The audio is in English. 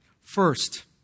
First